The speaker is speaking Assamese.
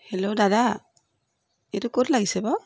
হেল্ল' দাদা এইটো ক'ত লাগিছে বাৰু